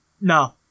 No